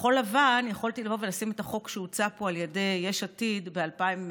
בכחול לבן יכולתי לבוא ולשים את החוק שהוצע פה על ידי יש עתיד ב-2014,